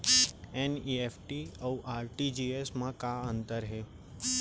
NEFT अऊ RTGS मा का अंतर हे?